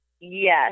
yes